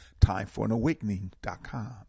timeforanawakening.com